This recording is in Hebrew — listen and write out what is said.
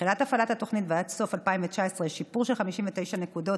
מתחילת הפעלת התוכנית ועד סוף 2019 יש שיפור של 59 נקודות